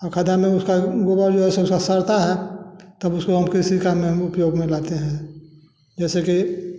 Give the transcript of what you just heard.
खड्डा में उसका गोबर जो है सड़ता है तब उसको किसी काम में उपयोग में लातें है जैसे कि